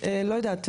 לא יודעת,